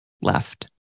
left